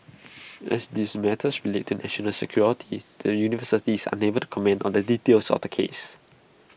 as this matters relates to national security the university is unable to comment on the details of the case